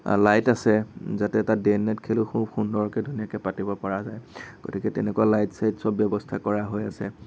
light আছে যাতে তাত ডে এণ্ড নাইট খেল খুব ধুনীয়াকে সুন্দৰকে পাতিব পৰা যায় গতিকে তেনেকুৱা লাইট চাইট চব ব্যৱস্থা কৰা হৈ আছে